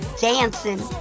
dancing